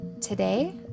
Today